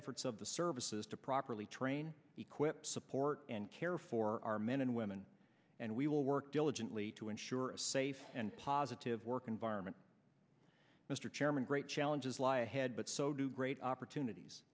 efforts of the services to properly train equip support and care for our men and women and we will work diligently to ensure a safe and positive work environment mr chairman great challenges lie ahead but so do great opportunities